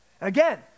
Again